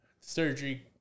Surgery